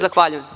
Zahvaljujem.